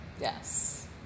Yes